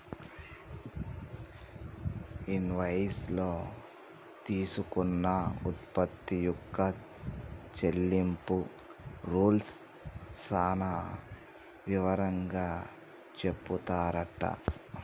invoice లో తీసుకున్న ఉత్పత్తి యొక్క చెల్లింపు రూల్స్ సాన వివరంగా చెపుతారట